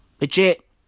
Legit